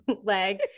leg